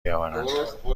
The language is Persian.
بیاورند